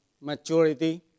maturity